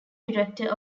director